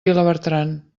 vilabertran